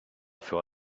fera